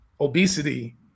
obesity